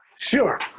Sure